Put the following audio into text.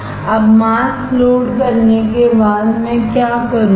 अब mask load करने के बाद मैं क्या करूंगा